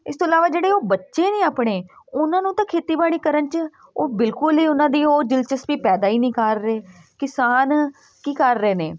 ਇਸ ਤੋਂ ਇਲਾਵਾ ਜਿਹੜੇ ਉਹ ਬੱਚੇ ਨੇ ਆਪਣੇ ਉਹਨਾਂ ਨੂੰ ਤਾਂ ਖੇਤੀਬਾੜੀ ਕਰਨ 'ਚ ਉਹ ਬਿਲਕੁਲ ਹੀ ਉਹਨਾਂ ਦੀ ਉਹ ਦਿਲਚਸਪੀ ਪੈਦਾ ਹੀ ਨਹੀਂ ਕਰ ਰਹੇ ਕਿਸਾਨ ਕੀ ਕਰ ਰਹੇ ਨੇ